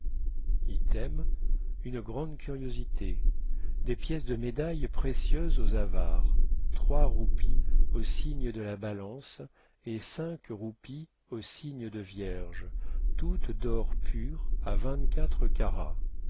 item une grande curiosité des espèces de médailles précieuses aux avares trois roupies au signe de la balance et cinq roupies au signe de la vierge toutes d'or pur à vingt-quatre carats